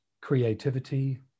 creativity